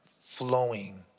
flowing